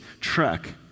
trek